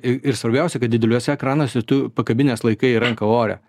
i ir svarbiausia kad dideliuose ekranuose tu pakabinęs laikai ranką ore